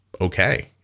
okay